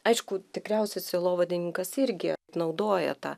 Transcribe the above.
aišku tikriausiai sielovadininkas irgi naudoja tą